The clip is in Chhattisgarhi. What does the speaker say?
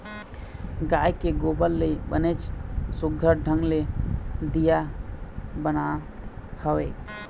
गाय के गोबर ले बनेच सुग्घर ढंग ले दीया बनात हवय